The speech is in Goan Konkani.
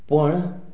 पण